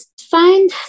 find